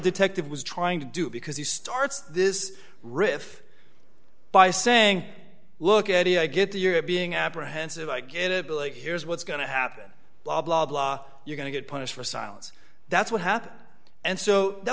detective was trying to do because he starts this riff by saying look at me i get the you're being apprehensive i get a bill like here's what's going to happen blah blah blah you're going to get punished for silence that's what happened and so that